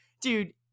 dude